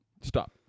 Stop